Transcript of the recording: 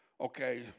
okay